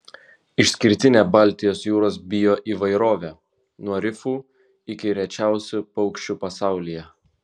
išskirtinė baltijos jūros bioįvairovė nuo rifų iki rečiausių paukščių pasaulyje